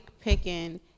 picking